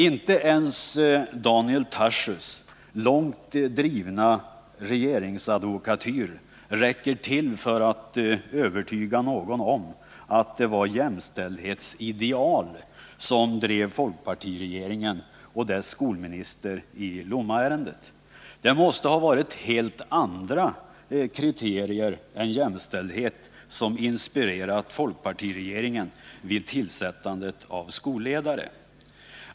Inte ens Daniel Tarschys långt drivna regeringsadvokatyr räcker till för att övertyga någon om att det var jämställdhetsideal som drev folkpartiregeringen och dess skolminister i Lommaärendet. Det måste ha varit helt andra kriterier än jämställdheten som inspirerat folkpartiregeringen vid tillsättandet av skolledare.